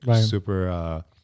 super